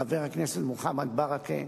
חבר הכנסת מוחמד ברכה,